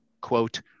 quote